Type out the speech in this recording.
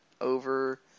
over